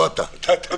לא אתה.